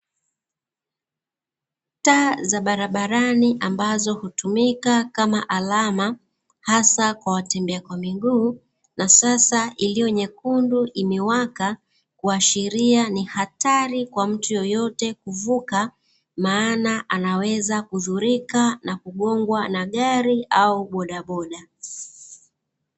Taa za barabarani ambazo hutumika kama alama, hasa kwa watembea wa miguu na sasa taa iliyo nyekundu imewaka kuashiria ni hatari kwa mtu yeyote kuvuka maana anaweza kudhulika na kugongwa na gari au bodaboda.